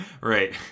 right